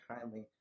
kindly